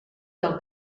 del